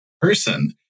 person